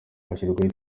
hashyirwaho